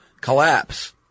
Collapse